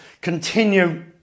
continue